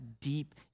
deep